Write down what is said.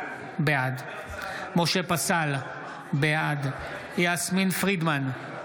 בעד משה פסל, בעד יסמין פרידמן,